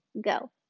go